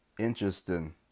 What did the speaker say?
interesting